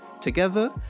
Together